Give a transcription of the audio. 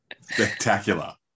spectacular